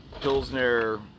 pilsner